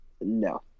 No